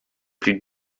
plus